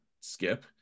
skip